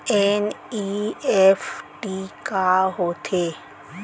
NEFT का होथे?